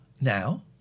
now